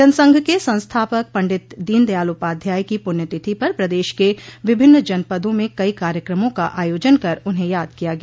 जनसंघ के संस्थापक पंडित दीनदयाल उपाध्याय की पुण्यतिथि पर प्रदेश के विभिन्न जनपदों में कई कार्यक्रमों का आयोजन कर उन्हें याद किया गया